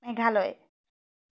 Meghalaya